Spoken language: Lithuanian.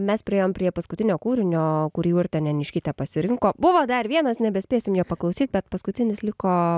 mes priėjom prie paskutinio kūrinio kurį urtė neniškytė pasirinko buvo dar vienas nebespėsim jo paklausyt bet paskutinis liko